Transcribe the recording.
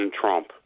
Trump